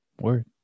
Word